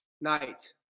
Night